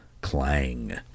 clang